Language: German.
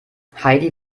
heidi